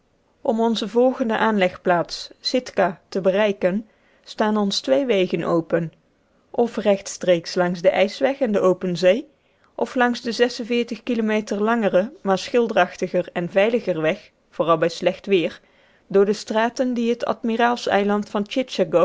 om onze volgende aanlegplaats sitka te bereiken staan ons twee wegen open f rechtstreeks langs den ijsweg en de open zee f langs den kilometer langeren maar schilderachtiger en veiliger weg vooral bij slecht weer door de straten die het admiraals eiland van